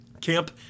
camp